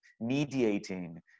mediating